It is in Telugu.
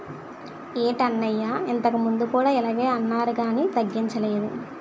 ఏటన్నయ్యా ఇంతకుముందు కూడా ఇలగే అన్నారు కానీ తగ్గించలేదు